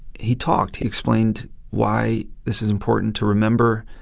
he talked. he explained why this is important to remember.